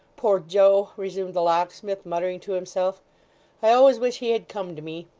poor joe resumed the locksmith, muttering to himself i always wish he had come to me.